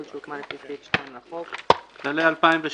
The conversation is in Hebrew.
שהוקמה לפי סעיף 2 לחוק," ""כללי 2018"